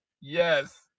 yes